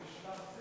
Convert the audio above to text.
ההצעה להעביר את